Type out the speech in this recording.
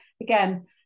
again